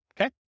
Okay